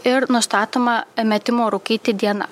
ir nustatoma metimo rūkyti diena